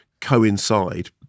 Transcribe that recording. coincide